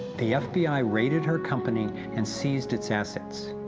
the fbi raided her company and ceased its assets.